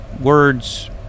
words